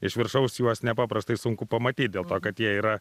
iš viršaus juos nepaprastai sunku pamatyt dėl to kad jie yra